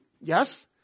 yes